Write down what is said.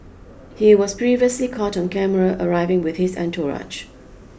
he was previously caught on camera arriving with his entourage